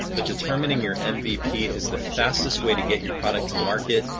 but determining your mvp is the fastest way to get your product to market,